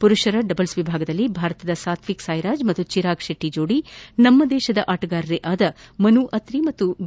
ಪುರುಷರ ಡಬಲ್ಲ್ ವಿಭಾಗದಲ್ಲಿ ಭಾರತದ ಸಾತ್ವಿಕ್ ಸಾಯಿರಾಜ್ ಮತ್ತು ಚಿರಾಗ್ ಶೆಟ್ನಿ ಜೋದಿ ನಮ್ಮ ದೇಶದ ಆಣಗಾರರೇ ಆದ ಮನು ಅತ್ರಿ ಮತ್ತು ಬಿ